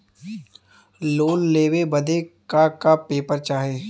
Loan लेवे बदे का का पेपर चाही?